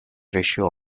ratio